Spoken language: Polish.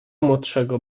młodszego